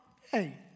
hey